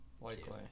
Likely